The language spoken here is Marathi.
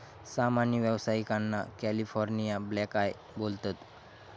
सामान्य व्यावसायिकांका कॅलिफोर्निया ब्लॅकआय बोलतत